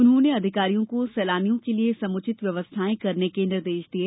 उन्होंने अधिकारियों को सैलानियों के लिए समुचित व्यवस्थाएं करने के निर्देश दिये